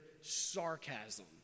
sarcasm